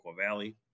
Valley